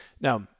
Now